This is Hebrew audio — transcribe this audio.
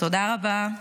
תודה רבה.